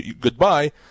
goodbye